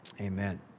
amen